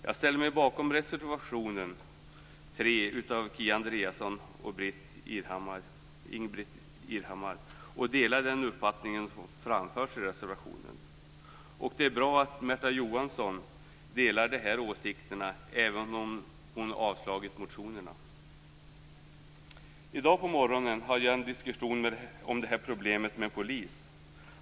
Jag ställer mig bakom reservation 3 av Kia Andreasson och Ingbritt Irhammar och delar den uppfattning som framförs i reservationen. Det är bra att Märta Johansson delar de här åsikterna, även om hon inte stöder motionerna. I dag på morgonen hade jag en diskussion om det här problemet med en polis.